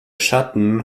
schatten